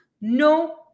No